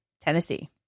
Tennessee